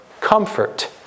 comfort